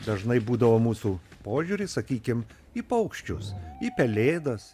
dažnai būdavo mūsų požiūris sakykim į paukščius į pelėdas